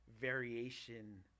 variation